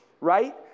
right